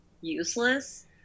Useless